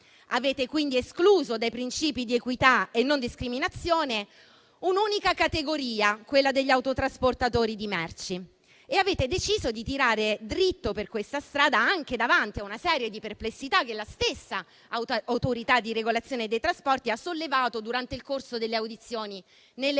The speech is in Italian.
avete escluso dai principi di equità e non discriminazione un'unica categoria, quella degli autotrasportatori di merci, e avete deciso di tirare dritto per questa strada, anche davanti a una serie di perplessità che la stessa Autorità di regolazione dei trasporti ha sollevato durante il corso delle audizioni nelle Commissioni